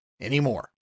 anymore